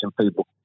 people